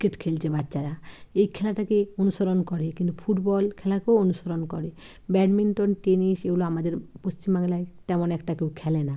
cricket খেলছে বাচ্চারা এই খেলাটাকে অনুসরণ করে কিন্তু ফুটবল খেলাকেও অনুসরণ করে ব্যাডমিন্টন টেনিস এগুলো আমাদের পশ্চিম বাংলায় তেমন একটা কেউ খেলে না